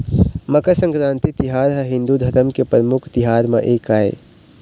मकर संकरांति तिहार ह हिंदू धरम के परमुख तिहार म एक आय